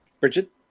Bridget